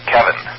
Kevin